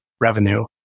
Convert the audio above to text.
revenue